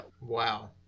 Wow